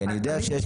אני יודע שיש,